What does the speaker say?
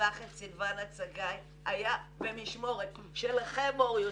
שרצח את סילבנה צגאיי היה במשמורת שלכם מור יוסף.